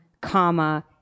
comma